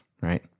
right